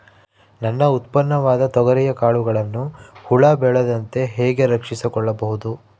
ನನ್ನ ಉತ್ಪನ್ನವಾದ ತೊಗರಿಯ ಕಾಳುಗಳನ್ನು ಹುಳ ಬೇಳದಂತೆ ಹೇಗೆ ರಕ್ಷಿಸಿಕೊಳ್ಳಬಹುದು?